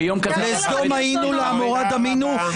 "כסדם היינו, לעמרה דמינו".